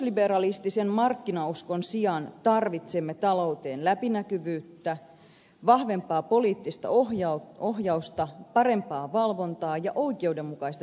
uusliberalistisen markkinauskon sijaan tarvitsemme talouteen läpinäkyvyyttä vahvempaa poliittista ohjausta parempaa valvontaa ja oikeudenmukaista sääntelyä